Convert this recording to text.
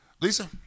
Lisa